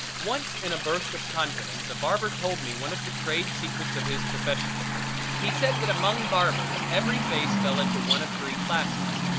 once in a burst of confidence a barber told me one of the trade secrets of his profession he said that among barbers every face fell into one of three classes,